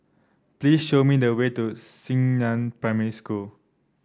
please show me the way to Xingnan Primary School